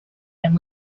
and